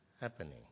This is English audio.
happening